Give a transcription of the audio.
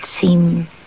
seem